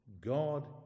God